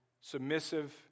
submissive